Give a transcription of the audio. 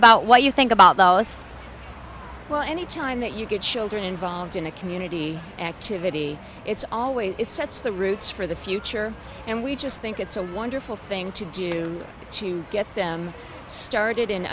about what you think about the us well any time that you get children involved in a community activity it's always it sets the routes for the future and we just think it's a wonderful thing to do to get them started